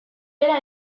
bera